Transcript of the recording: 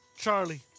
Charlie